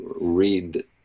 read